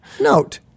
Note